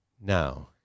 now